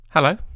Hello